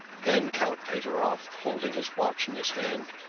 then count pateroff, holding his watch in his hand,